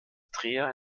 dreher